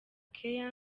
care